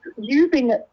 using